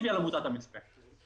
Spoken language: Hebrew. על עמותת המצפה.